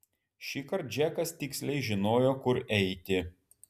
šįkart džekas tiksliai žinojo kur eiti